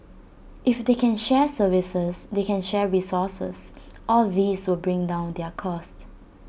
if they can share services they can share resources all these will bring down their cost